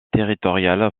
territoriales